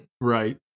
Right